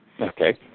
Okay